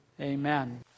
Amen